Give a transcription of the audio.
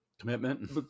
commitment